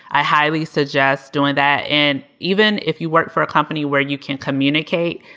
i highly suggest doing that. and even if you work for a company where you can't communicate,